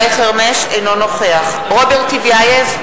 אינו נוכח רוברט טיבייב,